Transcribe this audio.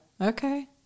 Okay